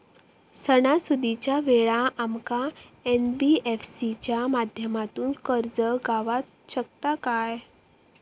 सणासुदीच्या वेळा आमका एन.बी.एफ.सी च्या माध्यमातून कर्ज गावात शकता काय?